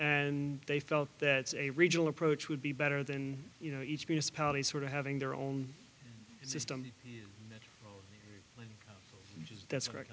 and they felt that a regional approach would be better than you know each municipality sort of having their own system that's correct